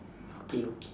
okay okay